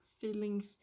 feelings